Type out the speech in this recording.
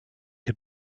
had